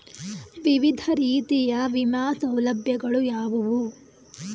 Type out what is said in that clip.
ವಿವಿಧ ರೀತಿಯ ವಿಮಾ ಸೌಲಭ್ಯಗಳು ಯಾವುವು?